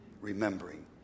Remembering